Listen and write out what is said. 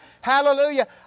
Hallelujah